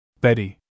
Betty